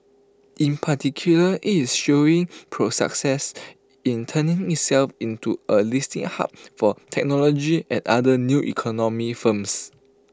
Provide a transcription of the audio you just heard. in particular is showing in turning itself into A listing hub for technology and other 'new economy' firms